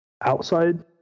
Outside